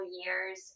years